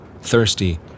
thirsty